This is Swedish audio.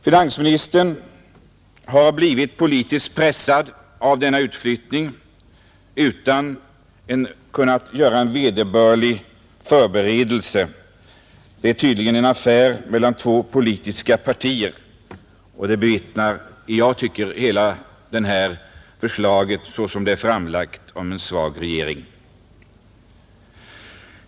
Finansministern har blivit politiskt pressad till denna utflyttning utan att kunna vidta vederbörliga förberedelser. Det är tydligen en affär mellan två politiska partier. Jag tycker att hela det framlagda förslaget vittnar om en svag regering.